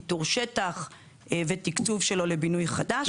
איתור שטח ותקצוב שלו לבינוי חדש.